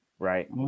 right